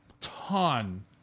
ton